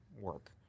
work